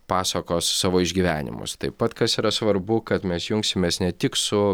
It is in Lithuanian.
pasakos savo išgyvenimus taip pat kas yra svarbu kad mes jungsimės ne tik su